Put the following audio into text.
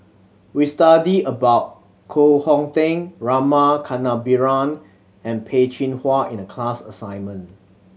we studied about Koh Hong Teng Rama Kannabiran and Peh Chin Hua in the class assignment